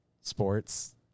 sports